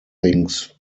things